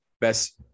best